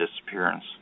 disappearance